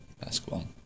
basketball